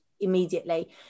immediately